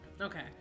Okay